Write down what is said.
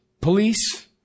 police